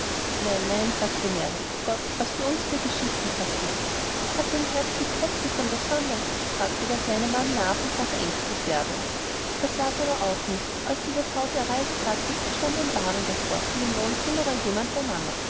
nein nein sagte mary gott was bei uns für geschichten passieren hat denn herzlieb kopfweh von der sonne fragte der kleine mann nach und nach ängstlich werdend das war's aber auch nicht als sie das haus erreicht hatten stand ein wagen davor und im wohnzimmer war jemand bei mama